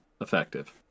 effective